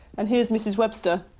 and here's mrs webster,